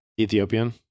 ethiopian